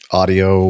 audio